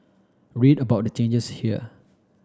read about the changes here